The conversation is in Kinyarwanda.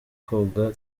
koga